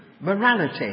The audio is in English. morality